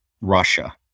Russia